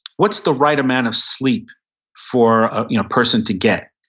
what's the right amount of sleep for a person to get?